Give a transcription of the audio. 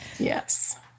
Yes